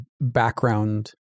background